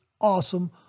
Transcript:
awesome